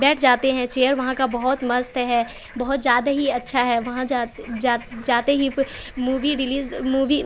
بیٹھ جاتے ہیں چیئر وہاں کا بہت مست ہے بہت زیادہ ہی اچھا ہے وہاں جاتے ہی مووی ریلیز مووی